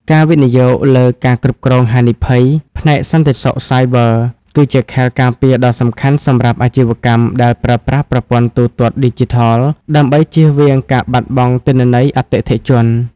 ការវិនិយោគលើ ការគ្រប់គ្រងហានិភ័យ ផ្នែកសន្តិសុខសាយប័រ គឺជាខែលការពារដ៏សំខាន់សម្រាប់អាជីវកម្មដែលប្រើប្រាស់ប្រព័ន្ធទូទាត់ឌីជីថល ដើម្បីជៀសវាងការបាត់បង់ទិន្នន័យអតិថិជន។